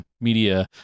media